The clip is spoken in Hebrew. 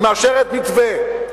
היא מאשרת מתווה.